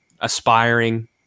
aspiring